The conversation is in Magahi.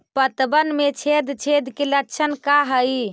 पतबन में छेद छेद के लक्षण का हइ?